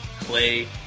clay